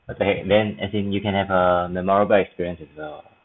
what the heck then as in you can have a memorable experience as well